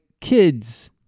kids